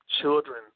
children